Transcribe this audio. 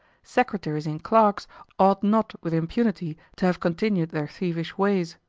secretaries and clerks ought not with impunity to have continued their thievish ways.